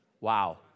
Wow